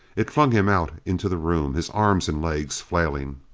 it flung him out into the room, his arms and legs flailing.